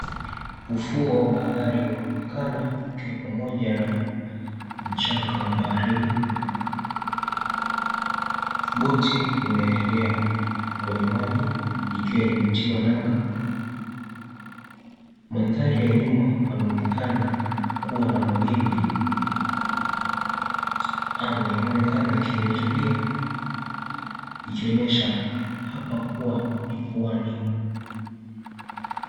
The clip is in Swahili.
Ufuo wa bahari unaonekana ukiwa pamoja na mchanga wa baharini. Boti linaelea kwenye maji likiwa limetiwa nanga. Mandhari ya nyuma yanaonekana kuwa na mawimbi. Anga inonekana ikiwa imetulia ikionyesha hapa kuwa ni pwani.